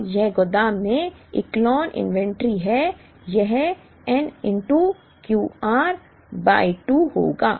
अब यह गोदाम में इकोलोन इन्वेंट्री है यह n Qr बाय 2 होगा